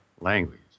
language